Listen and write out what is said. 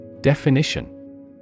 Definition